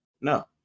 no